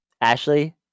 Ashley